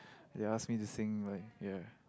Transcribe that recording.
they ask me to sing like ya